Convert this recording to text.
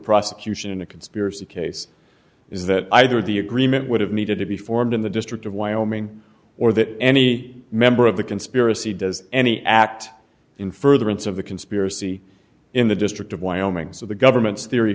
prosecution in a conspiracy case is that either the agreement would have needed to be formed in the district of wyoming or that any member of the conspiracy does any act in furtherance of the conspiracy in the district of wyoming so the government's theory